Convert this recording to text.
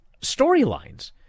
storylines